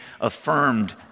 affirmed